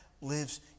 lives